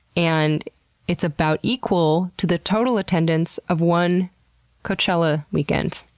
and it's about equal to the total attendance of one coachella weekend.